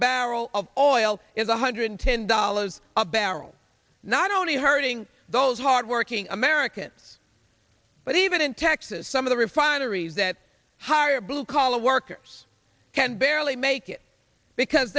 barrel of oil is one hundred ten dollars a barrel not only hurting those hardworking americans but even in texas some of the refineries that hire blue collar workers can barely make it because